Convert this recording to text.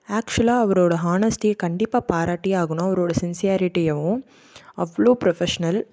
ஆக்சுவல்லாக அவரோடய ஹானஸ்டியை கண்டிப்பாக பாராட்டியே ஆகணும் அவரோடய சின்சியாரிட்டியயும் அவ்வளோ ப்ரஃபஷனல்